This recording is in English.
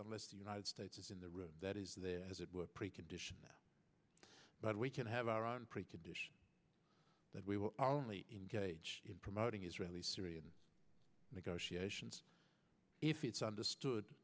unless the united states is in the room that is there as a precondition but we can have our own precondition that we will only engage in promoting israeli syrian negotiations if it's understood